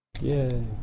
Yay